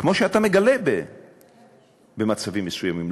כמו שאתה מגלה במצבים מסוימים,